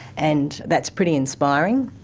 and that's pretty inspiring.